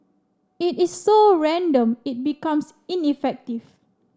it is so random it becomes ineffective